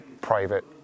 private